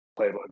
playbook